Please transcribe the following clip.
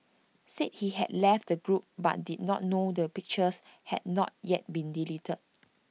said he had left the group but did not know that the pictures had not yet been deleted